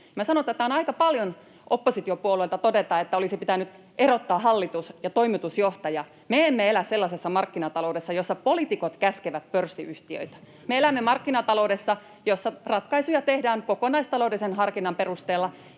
sanon, että on aika paljon oppositiopuolueilta todeta, että olisi pitänyt erottaa hallitus ja toimitusjohtaja. Me emme elä sellaisessa markkinataloudessa, jossa poliitikot käskevät pörssiyhtiöitä. Me elämme markkinataloudessa, jossa ratkaisuja tehdään kokonaistaloudellisen harkinnan perusteella,